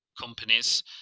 companies